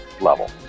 level